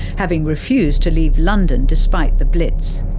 having refused to leave london, despite the blitz.